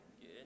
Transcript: Good